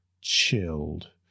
chilled